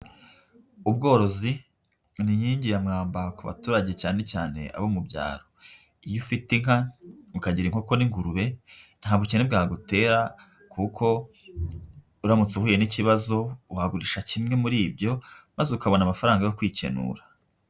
Ubworozi ni inkingi ya mwamba ku baturage cyane cyane abo mu byaro, iyo ufite inka, ukagira inkoko n'ingurube nta bukene bwagutera kuko uramutse uhuye n'ikibazo wagurisha kimwe muri ibyo, maze ukabona amafaranga yo kwikenura.